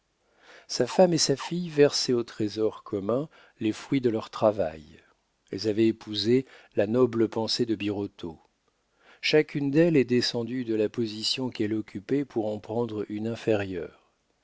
sa femme et sa fille versaient au trésor commun les fruits de leur travail elles avaient épousé la noble pensée de birotteau chacune d'elles est descendue de la position qu'elle occupait pour en prendre une inférieure